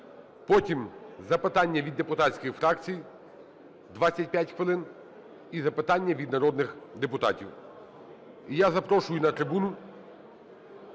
потім – запитання від депутатських фракцій, 25 хвилин, і запитання від народних депутатів. І я запрошую на трибуну